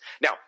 Now